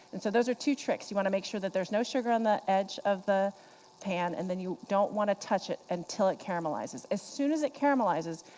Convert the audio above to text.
and so those are two tricks. you want to make sure that there's no sugar on the edge of the pan, and then you don't want to touch it until it caramelizes. as soon as it caramelizes,